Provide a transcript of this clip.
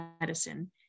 medicine